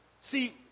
see